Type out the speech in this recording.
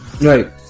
right